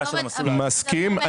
אני מסכים.